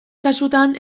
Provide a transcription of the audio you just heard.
kasutan